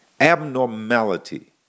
abnormality